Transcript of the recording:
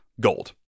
gold